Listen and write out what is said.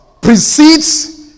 precedes